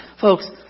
Folks